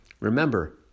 Remember